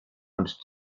und